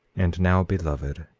and now, beloved,